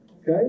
Okay